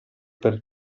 per